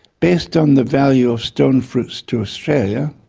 based on the value of stone fruits to australia,